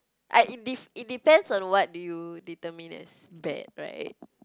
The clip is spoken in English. I it de~ it depends on what do you determine as bad right